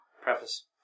Preface